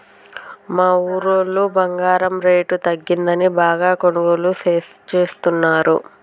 మా ఊరోళ్ళు బంగారం రేటు తగ్గిందని బాగా కొనుగోలు చేస్తున్నరు